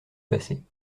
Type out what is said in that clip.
passer